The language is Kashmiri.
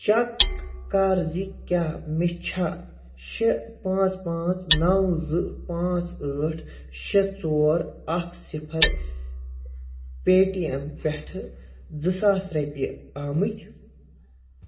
چٮ۪ک کَر زِ کیٛاہ مےٚ چھا شےٚ پانٛژھ پانٛژھ نَو زٕ پانٛژھ ٲٹھ شےٚ ژور اَکھ سِفَر پے ٹی اؠم پٮ۪ٹھٕ زٕ ساس رۄپیہِ آمٕتۍ